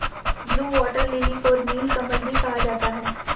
blue water lily को नीलकमल भी कहा जाता है